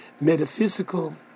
metaphysical